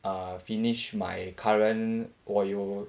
uh finish my current 我有